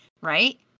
right